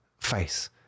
face